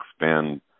expand